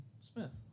Smith